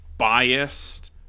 biased